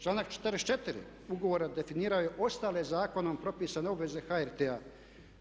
Članak 44. ugovora definiraju ostale zakonom propisane obveze HRT-a.